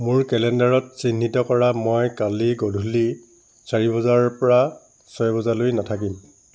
মোৰ কেলেণ্ডাৰত চিহ্নিত কৰা মই কালি গধূলি চাৰি বজাৰ পৰা ছয় বজালৈ নাথাকিম